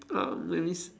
um let me s~